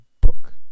book